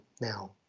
now